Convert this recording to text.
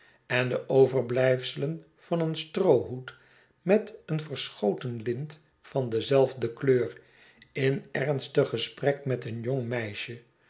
en de overblijfselen van een stroohoed met een verschoten lint van dezelfde kieur in ernstig gesprek met een jong meisje